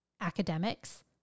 academics